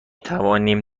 توانیم